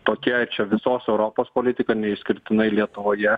tokia čia visos europos politika neišskirtinai lietuvoje